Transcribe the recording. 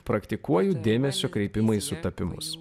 praktikuoju dėmesio kreipimą į sutapimus